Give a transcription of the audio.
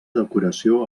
decoració